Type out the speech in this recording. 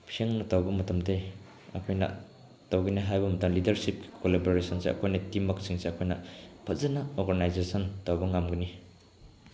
ꯁꯦꯡꯅ ꯇꯧꯕ ꯃꯇꯝꯗꯗꯤ ꯑꯩꯈꯣꯏꯅ ꯇꯧꯒꯅꯤ ꯍꯥꯏꯕ ꯃꯇꯝ ꯂꯤꯗꯔꯁꯤꯞ ꯀꯣꯂꯥꯕꯣꯔꯦꯁꯟꯁꯦ ꯇꯤꯝ ꯋꯥꯔꯛꯁꯦ ꯑꯩꯈꯣꯏꯅ ꯐꯖꯅ ꯑꯣꯔꯒꯅꯥꯏꯖꯦꯁꯟ ꯇꯧꯕ ꯉꯝꯒꯅꯤ